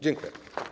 Dziękuję.